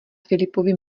filipovi